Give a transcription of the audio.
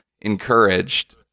encouraged